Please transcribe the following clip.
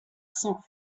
sans